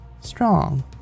strong